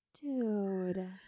Dude